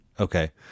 Okay